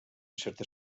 certa